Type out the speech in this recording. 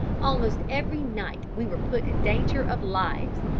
almost every night we were put in danger of lives,